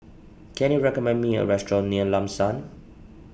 can you recommend me a restaurant near Lam San